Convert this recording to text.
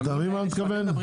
יש